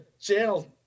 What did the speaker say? channel